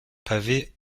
pavée